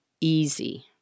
easy